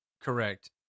Correct